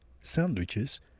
sandwiches